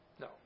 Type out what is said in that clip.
No